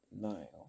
Nile